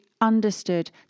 understood